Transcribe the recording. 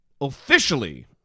officially